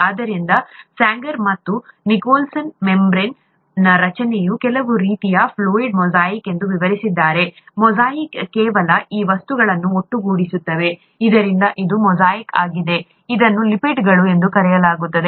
ಆದ್ದರಿಂದ ಸ್ಯಾಂಗರ್ ಮತ್ತು Nicolson cell ಮೆಂಬರೇನ್ಯ ರಚನೆಯನ್ನು ಕೆಲವು ರೀತಿಯ ಫ್ಲೂಯಿಡ್ ಮೊಸಾಯಿಕ್'fluid mosaic' ಎಂದು ವಿವರಿಸಿದ್ದಾರೆ ಮೊಸಾಯಿಕ್ ಕೇವಲ ಈ ವಸ್ತುಗಳನ್ನು ಒಟ್ಟುಗೂಡಿಸುತ್ತದೆ ಆದ್ದರಿಂದ ಇದು ಮೊಸಾಯಿಕ್ ಆಗಿದೆ ಅದನ್ನು ಲಿಪಿಡ್ಗಳು ಎಂದು ಕರೆಯಲಾಗುತ್ತದೆ